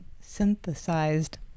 synthesized